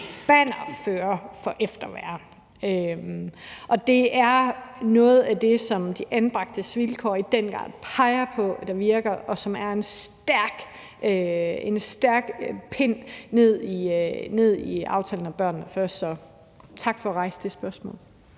bannerfører for efterværn. Det er noget af det, som De Anbragtes Vilkår i den grad peger på virker, og som er en stærk del af aftalen om »Børnene Først«. Tak for at rejse det spørgsmål.